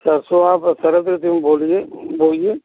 सरसों आप सर्द ऋतु जी में दीजिए बोइए